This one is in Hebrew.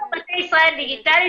אנחנו מטה ישראל דיגיטלית,